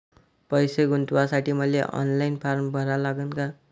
पैसे गुंतवासाठी मले ऑनलाईन फारम भरा लागन का?